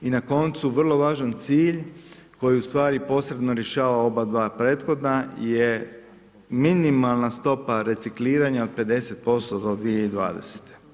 I na koncu vrlo važan cilj, koji ustvari posebno rješava oba dva prethodna, je minimalna stopa recikliranja od 50% do 2020.